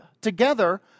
together